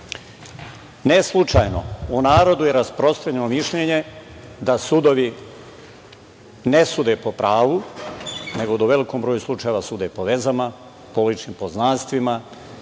ne postoji.U narodu je rasprostranjeno mišljenje da sudovi ne sude po pravu, nego da u velikom broju slučajeva sude po vezama, po ličnim poznanstvima,